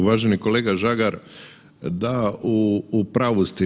Uvaženi kolega Žagar, da u pravu ste.